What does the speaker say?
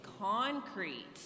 concrete